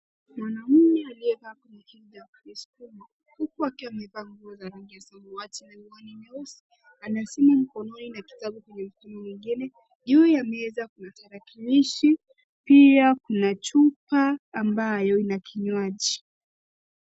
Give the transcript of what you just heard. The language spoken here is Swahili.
Mwanaume aliyekaa kwenye kiti cha kujisukuma, huku akiwa amevaa nguo za rangi ya samawati na miwani mieusi, ana simu mkononi na kitabu kwenye mkono mwingine. Juu ya meza kuna tarakilishi, pia kuna chupa ambayo ina kinywaji.